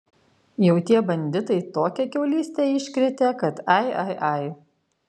jau tie banditai tokią kiaulystę iškrėtė kad ai ai ai